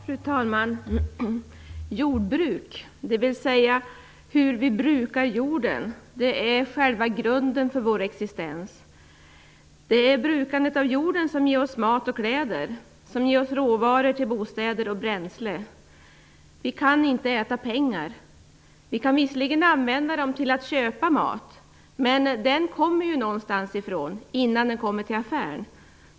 Fru talman! Jordbruk, dvs. hur vi brukar jorden, är själva grunden för vår existens. Det är brukandet av jorden som ger oss mat och kläder, som ger oss råvaror till bostäder och bränsle. Vi kan inte äta pengar. Vi kan visserligen använda dem till att köpa mat, men den kommer någonstans ifrån innan den kommer till affären.